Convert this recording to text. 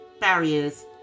barriers